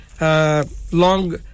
long